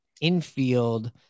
infield